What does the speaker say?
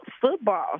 football